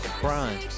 Brian